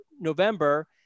November